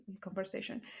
conversation